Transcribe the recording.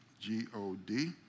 G-O-D